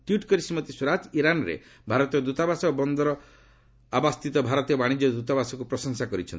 tweet କରି ଶ୍ରୀମତୀ ସ୍ୱରାଜ ଇରାନ୍ରେ ଭାରତୀୟ ଦୂତାବାସ ଓ ବନ୍ଦର ଆବାସସ୍ଥିତ ଭାରତୀୟ ବାଶିଜ୍ୟ ଦୂତାବାସକୁ ପ୍ରଶଂସା କରିଛନ୍ତି